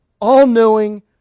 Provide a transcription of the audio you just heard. all-knowing